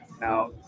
now